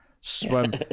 swim